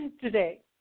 today